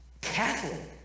Catholic